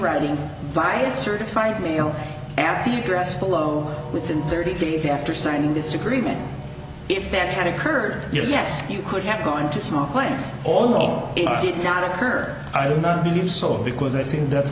writing via certified mail and the address below within thirty days after signing this agreement if that had occurred yes you could have gone to small claims all known did not occur i do not believe so because i think that's